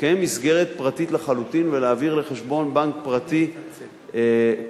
לקיים מסגרת פרטית לחלוטין ולהעביר לחשבון בנק פרטי כספים,